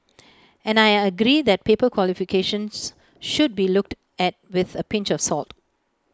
and I agree that paper qualifications should be looked at with A pinch of salt